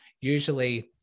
usually